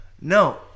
No